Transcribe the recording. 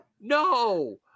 no